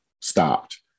stopped